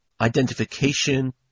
identification